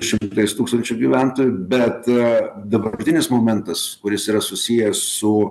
šimtais tūkstančių gyventojų bet a dabartinis momentas kuris yra susijęs su